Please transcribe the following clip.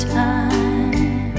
time